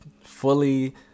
fully